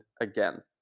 again